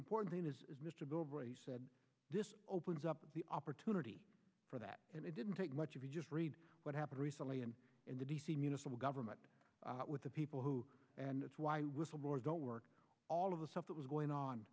important thing is mr gove said this opens up the opportunity for that and it didn't take much if you just read what happened recently in the d c municipal government with the people who and that's why whistleblowers don't work all of the stuff that was going on